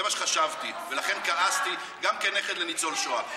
זה מה שחשבתי, ולכן כעסתי, גם כנכד לניצול שואה.